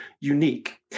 unique